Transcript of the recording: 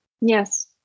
Yes